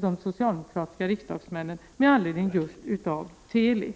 de socialdemokratiska riksdagsmännen med anledning av just Teli.